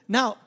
Now